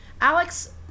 Alex